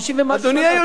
אדוני היושב-ראש,